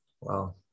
Wow